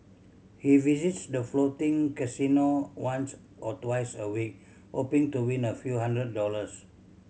he visits the floating casino once or twice a week hoping to win a few hundred dollars